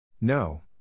No